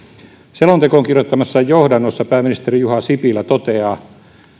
selontekoon kirjoittamassaan johdannossa pääministeri juha sipilä toteaa